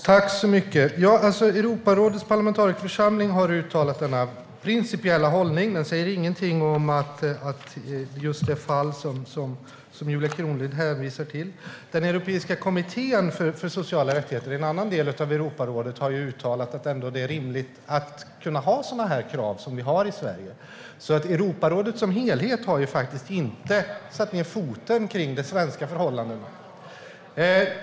Fru talman! Europarådets parlamentarikerförsamling har uttalat denna principiella hållning. Den säger ingenting om just det fall som Julia Kronlid hänvisar till. Den europeiska kommittén för sociala rättigheter, en annan del av Europarådet, har uttalat att det är rimligt att man kan ha sådana krav som vi har i Sverige. Europarådet som helhet har faktiskt inte satt ned foten kring de svenska förhållandena.